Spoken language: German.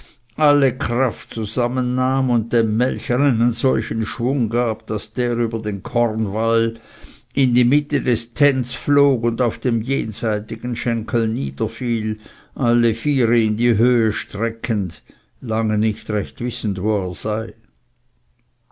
alle kraft zusammennahm und dem melcher einen solchen schwung gab daß er über den kornwalm in die mitte des tenns flog und auf dem jenseitigen schenkel niederfiel alle viere in die höhe streckend lange nicht recht wissend wo er sei